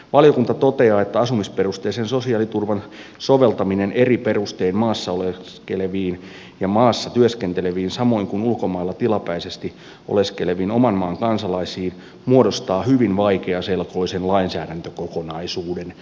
valiokunta toteaa että asumisperusteisen sosiaaliturvan soveltaminen eri perustein maassa oleskeleviin ja maassa työskenteleviin samoin kuin ulkomailla tilapäisesti oleskeleviin oman maan kansalaisiin muodostaa hyvin vaikeaselkoisen lainsäädäntökokonaisuuden